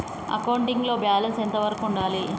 Accounting లో balance ఎంత వరకు ఉండాలి?